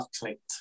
clicked